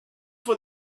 for